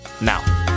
now